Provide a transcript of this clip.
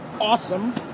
Awesome